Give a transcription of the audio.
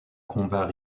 combat